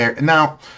Now